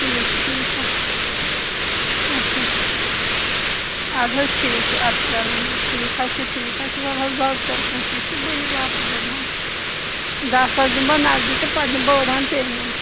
ٹھیٖک ٹھیٖک حَظ چھُ اچھا اچھا ادٕ حَظ ٹھیٖک چھُ ارسلان محمد ادٕ ٹھیٖک حَظ چھُ ٹھیٖک حَظ چھُ ولہٕ حَظ بہٕ حَظ کرٕ کوٗشِش تہِ بہٕ یہِ واتہٕ صُبحَن داہ ساس دِمہٕ بہٕ نقدۓ پتہٕ دِمہِ بہٕ أڑ ہان پیمینٹ